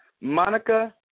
Monica